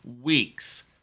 weeks